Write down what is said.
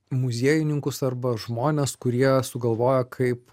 muziejininkus arba žmones kurie sugalvoja kaip